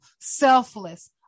selfless